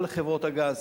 על חברות הגז.